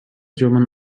german